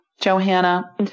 Johanna